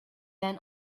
than